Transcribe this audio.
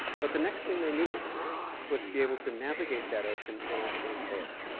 but the next thing they needed was to be able to navigate that ocean and actually sail it.